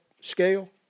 scale